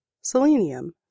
Selenium